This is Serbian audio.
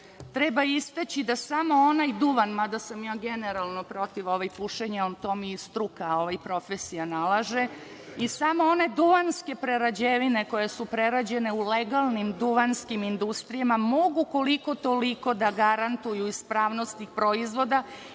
krug. Treba istaći da samo onaj duvan, mada sam ja generalno protiv pušenja, to mi i struka, odnosno profesija nalaže, samo one duvanske prerađevine koje su prerađene u legalnim duvanskim industrijama mogu koliko-toliko da garantuju ispravnost proizvoda